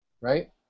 right